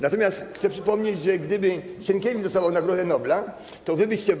Natomiast chcę przypomnieć, że gdyby Sienkiewicz dostawał nagrodę Nobla, to wy byście.